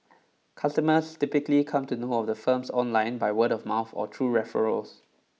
customers typically come to know of the firms online by word of mouth or through referrals